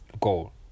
goal